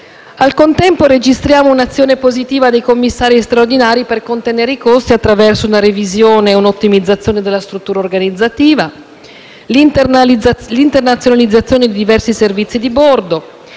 Al contempo registriamo un'azione positiva dei commissari straordinari per contenere i costi attraverso una revisione e un'ottimizzazione della struttura organizzativa, l'internazionalizzazione di diversi servizi di bordo,